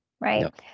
right